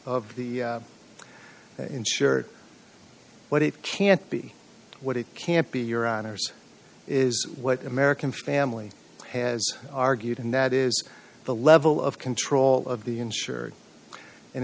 of the insurer but it can't be what it can't be your honour's is what american family has argued and that is the level of control of the insured and